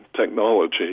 technology